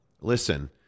Listen